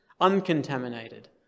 uncontaminated